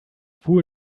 wool